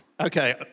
Okay